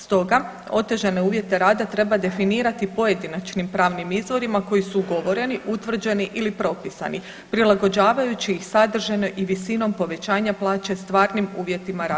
Stoga otežane uvjete rada treba definirati pojedinačnim pravnim izvorima koji su ugovoreni, utvrđeni ili propisani prilagođavajući ih sadržajno i visinom povećanja plaće stvarnim uvjetima rada u praksi.